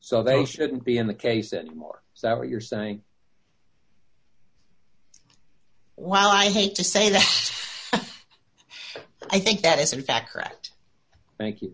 so they shouldn't be in the case anymore so are you're saying while i hate to say that i think that is in fact correct thank you